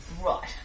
Right